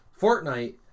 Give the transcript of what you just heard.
Fortnite